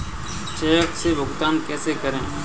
Check से भुगतान कैसे करें?